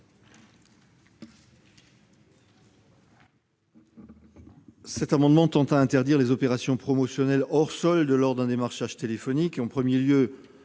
Cet amendement tend à interdire les opérations promotionnelles hors soldes lors d'un démarchage téléphonique. En premier lieu,